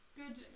good